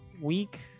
week